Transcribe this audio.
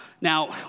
Now